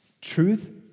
Truth